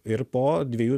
ir po dviejų